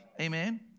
Amen